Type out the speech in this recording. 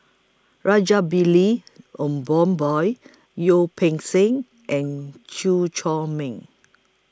Rajabali Peng Seng and Chew Chor Meng